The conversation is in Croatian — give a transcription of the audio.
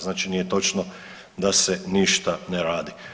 Znači nije točno da se ništa ne radi.